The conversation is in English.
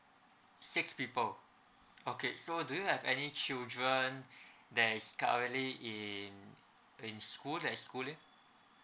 six people okay so do you have any children that is currently in in school that is schooling